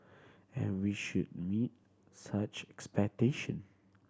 and we should meet such expectation